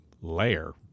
layer